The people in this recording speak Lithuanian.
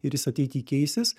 ir jis ateity keisis